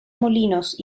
molinos